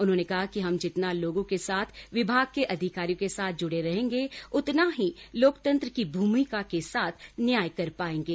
उन्होंने कहा कि हम जितना लोगों के साथ विभाग के अधिकारियों के साथ जुड़े रहेंगे उतना ही लोकतंत्र की भूमिका के साथ न्याय कर पाएंगे